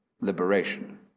liberation